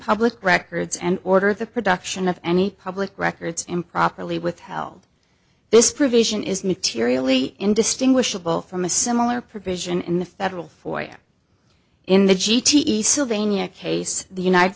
public records and order the production of any public records improperly withheld this provision is materially indistinguishable from a similar provision in the federal for you in the g t e sylvania case the united